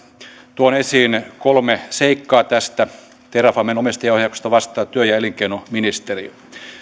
tuon esiin kolme seikkaa tästä terrafamen omistajaohjauksesta vastaa työ ja elinkeinoministeri